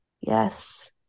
Yes